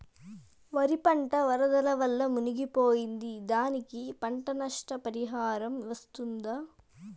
వరి పంట వరదల వల్ల మునిగి పోయింది, దానికి పంట నష్ట పరిహారం వస్తుందా?